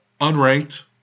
unranked